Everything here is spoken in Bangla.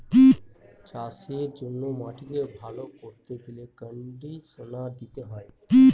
চাষের জন্য মাটিকে ভালো করতে গেলে কন্ডিশনার দিতে হয়